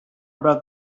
about